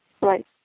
Right